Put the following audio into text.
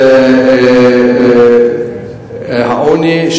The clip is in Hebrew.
לנושא העוני,